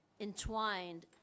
entwined